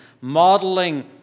modeling